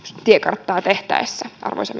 tiekarttaa tehtäessä arvoisa